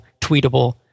tweetable